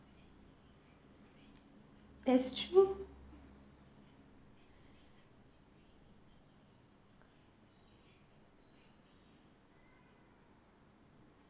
that's true